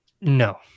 No